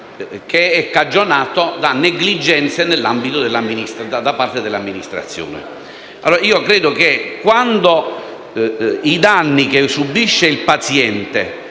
cagionato da negligenze da parte dell'amministrazione.